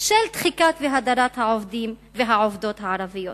יותר של הדחיקה וההדרה של העובדים והעובדות הערבים.